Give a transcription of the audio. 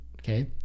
Okay